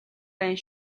байна